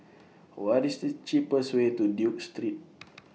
What IS The cheapest Way to Duke Street